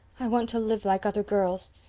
i want to live like other girls.